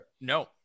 No